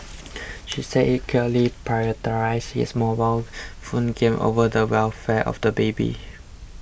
she said he clearly prioritised his mobile phone game over the welfare of the baby